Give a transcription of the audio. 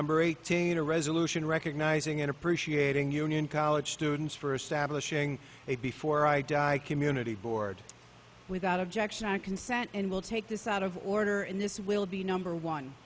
number eighteen a resolution recognizing and appreciating union college students for establishing a before i die community board without objection i consent and will take this out of order and this will be number one